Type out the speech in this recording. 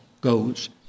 goes